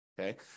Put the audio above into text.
okay